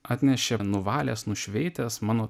atnešė nuvalęs nušveitęs mano